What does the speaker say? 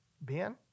Ben